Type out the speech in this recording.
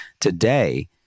Today